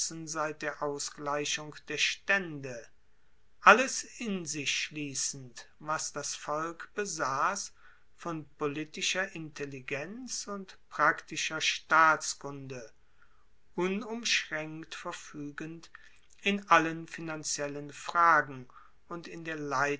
seit der ausgleichung der staende alles in sich schliessend was das volk besass von politischer intelligenz und praktischer staatskunde unumschraenkt verfuegend in allen finanziellen fragen und